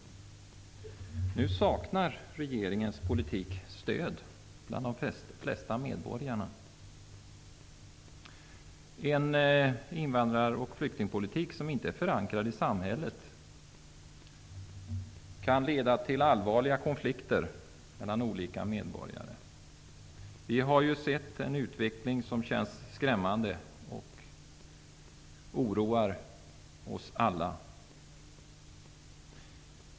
Nu saknar regeringens politik stöd bland flertalet medborgare. En invandrar och flyktingpolitik som inte är förankrad i samhället kan leda till allvarliga konflikter mellan olika medborgare. Vi har ju sett en utveckling som känns skrämmande och som oroar oss alla.